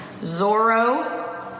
Zorro